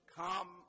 come